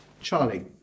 Charlie